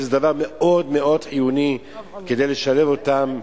אני חושב שזה דבר מאוד חיוני כדי לשלב אותם,